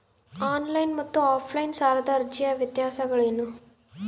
On line ಮತ್ತು offline ಸಾಲದ ಅರ್ಜಿಯ ವ್ಯತ್ಯಾಸಗಳೇನು?